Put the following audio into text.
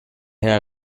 had